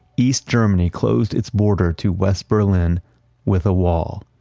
east germany closed it's border to west berlin with a wall.